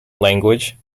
language